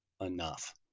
enough